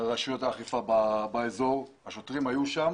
שרשויות האכיפה והשוטרים כבר היו שם